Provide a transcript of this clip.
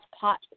pot